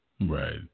Right